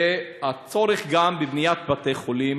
וצריך לבנות בתי-חולים